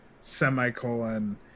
semicolon